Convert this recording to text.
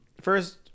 first